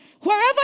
Wherever